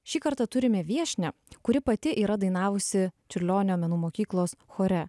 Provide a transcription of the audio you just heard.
šį kartą turime viešnią kuri pati yra dainavusi čiurlionio menų mokyklos chore